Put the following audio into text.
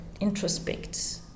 introspect